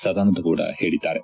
ಸದಾನಂದ ಗೌಡ ಹೇಳದ್ದಾರೆ